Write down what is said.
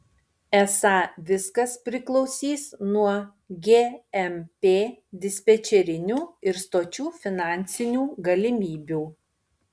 esą viskas priklausys nuo gmp dispečerinių ir stočių finansinių galimybių